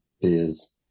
biz